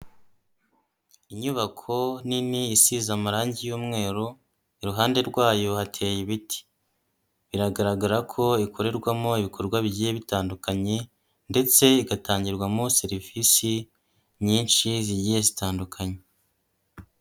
Inyubako nini isize amarangi y'mweru, iruhande rwayo hateye ibiti. Biragaragara ko ikorerwamo ibikorwa bigiye bitandukanye ndetse igatangirwamo serivisi nyinshi zigiye zitandukanye.